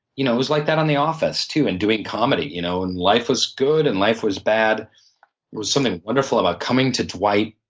you know it was like that on the office too, and doing comedy. you know, life was good and life was bad. there was something wonderful about coming to dwight,